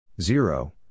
zero